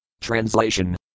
Translation